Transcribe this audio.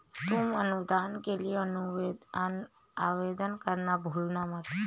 तुम अनुदान के लिए आवेदन करना भूलना मत